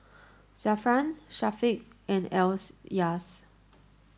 Zafran Syafiq and else